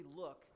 look